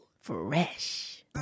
Fresh